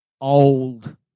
old